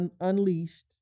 unleashed